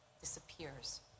disappears